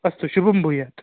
अस्तु शुभं भूयात्